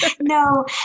no